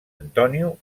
antonio